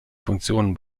funktionen